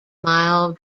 mile